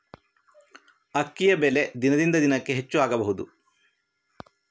ಅಕ್ಕಿಯ ಬೆಲೆ ದಿನದಿಂದ ದಿನಕೆ ಹೆಚ್ಚು ಆಗಬಹುದು?